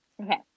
Okay